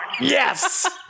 Yes